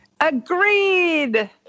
Agreed